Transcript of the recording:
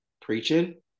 preaching